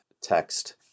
text